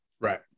right